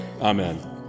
Amen